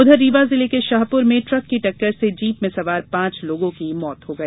उधर रीवा जिले के शाहपुर में ट्रक की टक्कर से जीप में सवार पांच लोगों की मौत हो गई